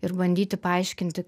ir bandyti paaiškinti